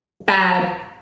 Bad